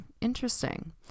interesting